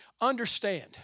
understand